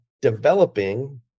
developing